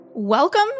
welcome